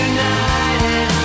United